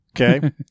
Okay